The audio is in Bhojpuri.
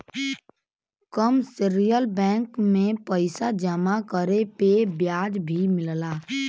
कमर्शियल बैंक में पइसा जमा करे पे ब्याज भी मिलला